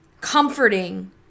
comforting